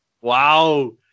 wow